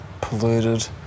polluted